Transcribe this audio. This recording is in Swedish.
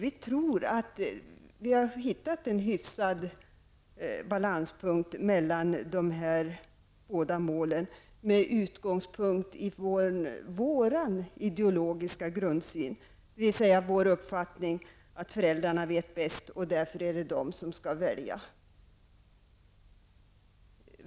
Vi tror att vi har hittat en hyfsad balanspunkt mellan de här båda målen med utgångspunkt i vår ideologiska grundsyn, dvs. vår uppfattning att föräldrarna vet bäst och att det därför är de som skall välja.